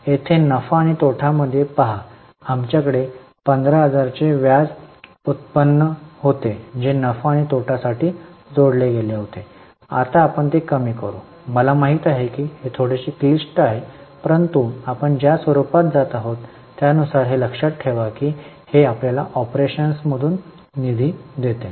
येथे नफा आणि तोटा मध्ये पहा आमच्याकडे 15000 चे व्याज उत्पन्न होते जे नफा आणि तोटा साठी जोडले गेले होते आता आपण ते कमी करू मला माहित आहे की हे थोडेसे क्लिष्ट आहे परंतु आपण ज्या स्वरूपात जात आहोत त्यानुसार लक्षात ठेवा की हे आपल्याला ऑपरेशन्समधून निधी देते